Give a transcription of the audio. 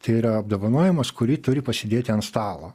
tai yra apdovanojimas kurį turi pasidėti ant stalo